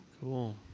cool